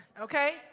okay